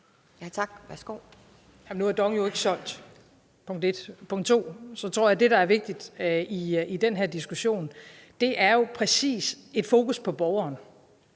(S): Nu er DONG jo ikke solgt, punkt 1. Punkt 2: Jeg tror, at det, der er vigtigt i den her diskussion, er, at der er fokus på borgeren.